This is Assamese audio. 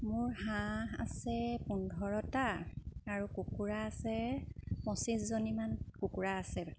মোৰ হাঁহ আছে পোন্ধৰটা আৰু কুকুৰা আছে পঁচিছজনীমান কুকুৰা আছে